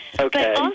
Okay